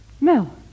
Mel